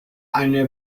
eine